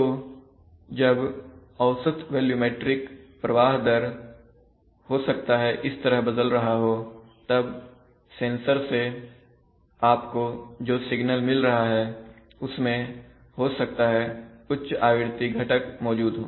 तो जब औसत वॉल्यूमैट्रिक प्रवाह दर हो सकता है इस तरह बदल रहा हो तब सेंसर से आपको जो सिग्नल मिल रहा है उसमें हो सकता है उच्च आवृत्ति घटक मौजूद हो